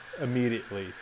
immediately